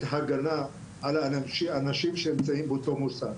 הגנה על האנשים שנמצאים באותו מוסד.